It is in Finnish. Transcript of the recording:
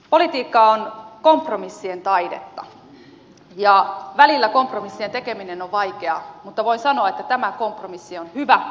politiikka on kompromissien taidetta ja välillä kompromissien tekeminen on vaikeaa mutta voin sanoa että tämä kompromissi on hyvä